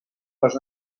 les